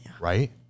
Right